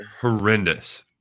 Horrendous